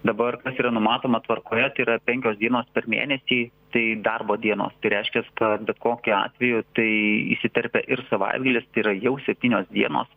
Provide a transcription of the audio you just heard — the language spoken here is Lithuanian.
dabar kas yra numatoma tvarkoje tai yra penkios dienos per mėnesį tai darbo dienos tai reiškias kad bet kokiu atveju tai įsiterpia ir savaitgalis tai yra jau septynios dienos